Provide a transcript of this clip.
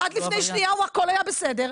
עד לפני שנייה הכול היה בסדר.